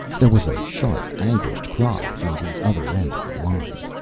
there was a sharp, anguished cry from the other end of the line.